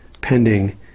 pending